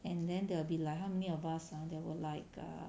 and then there will be like how many of us ah there were like err